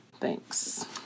thanks